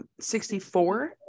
64